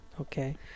Okay